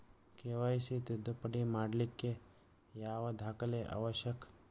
KYC ತಿದ್ದುಪಡಿ ಮಾಡ್ಲಿಕ್ಕೆ ಯಾವ ದಾಖಲೆ ಅವಶ್ಯಕ?